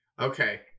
Okay